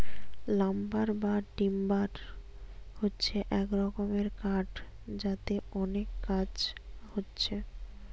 lumber বা timber হচ্ছে এক রকমের কাঠ যাতে অনেক কাজ হচ্ছে